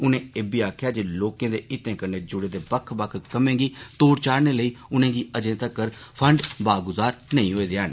उनें इब्बी आखेआ जे लोकें दे हितें कन्नै जुडे दे बक्ख बक्ख कम्में गी तोढ़ चाढ़ने लेई उनें'गी अजें तक्कर फंड बागुजार नेई होए दे न